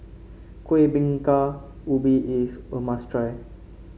Kuih Bingka Ubi is a must try